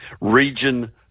Region